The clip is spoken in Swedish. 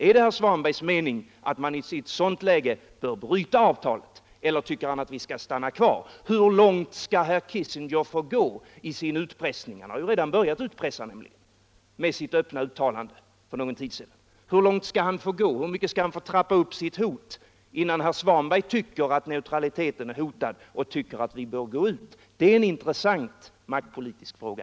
Är det herr Svanbergs mening att man i ett sådant läge bör bryta avtalet, eller tycker han att vi skall stanna kvar i oljeklubben? Hur långt skall herr Kissinger få gå i sin utpressning? Han har nämligen redan börjat utpressa med sitt öppna uttalande för någon tid sedan. Hur långt skall han få gå? Hur mycket skall han få trappa upp sitt hot innan herr Svanberg tycker att neutraliteten är hotad och att vi bör gå ur? Det är en intressant maktpolitisk fråga.